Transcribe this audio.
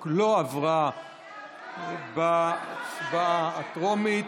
ההצעות, המוצמדות, לא עברו בקריאה הטרומית.